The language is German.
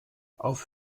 auf